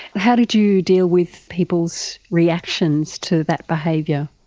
how did you deal with people's reactions to that behaviour?